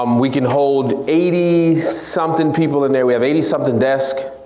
um we can hold eighty something people in there, we have eighty something desks.